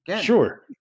Sure